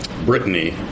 Brittany